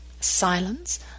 silence